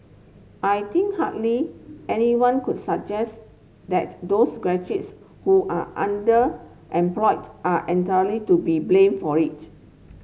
I think hardly anyone could suggest that those graduates who are underemployed are entirely to be blamed for it